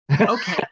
okay